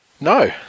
No